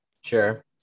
Sure